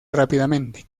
rápidamente